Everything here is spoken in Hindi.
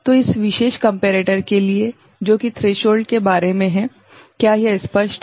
तो यह इस विशेष कम्पेरेटर के लिए है जो कि थ्रेशोल्ड के बारे में है क्या यह स्पष्ट है